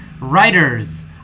writers